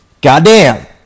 goddamn